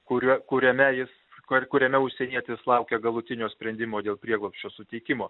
kurie kuriame jis kur kuriame užsienietis laukia galutinio sprendimo dėl prieglobsčio suteikimo